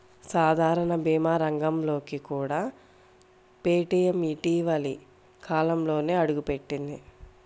సాధారణ భీమా రంగంలోకి కూడా పేటీఎం ఇటీవలి కాలంలోనే అడుగుపెట్టింది